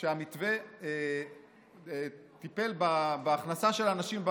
שהמתווה טיפל בהכנסה של האנשים,